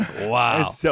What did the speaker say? Wow